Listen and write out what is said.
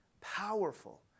Powerful